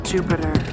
Jupiter